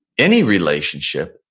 any relationship,